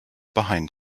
behind